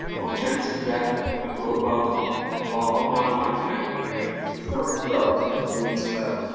o gentle death, when wilt thou cum? for of my life i am wearye. tis not the frost that freezes fell,